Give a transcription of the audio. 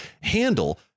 handle